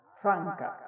franca